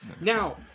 Now